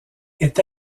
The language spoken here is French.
est